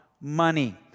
money